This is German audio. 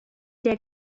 der